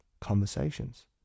conversations